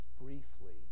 briefly